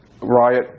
riot